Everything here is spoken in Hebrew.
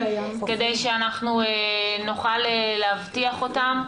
כדי שנוכל להבטיח אותם,